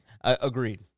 Agreed